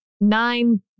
nine